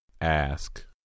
Ask